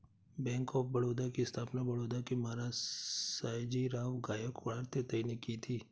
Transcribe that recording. bank of Baroda की स्थापना बड़ौदा के महाराज सयाजीराव गायकवाड तृतीय ने की थी